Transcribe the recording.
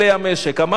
אמרתי היום,